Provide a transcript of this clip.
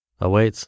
awaits